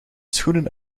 schoenen